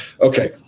Okay